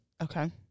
Okay